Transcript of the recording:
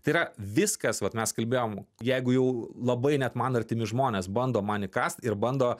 tai yra viskas vat mes kalbėjom jeigu jau labai net man artimi žmonės bando man įkast ir bando